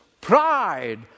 pride